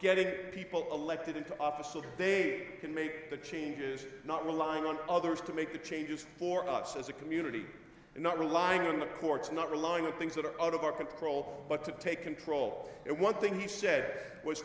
getting people elected into office if they can make the changes not relying on others to make the changes for us as a community and not relying on the courts not relying on pings that are out of our control but to take control and one thing he said was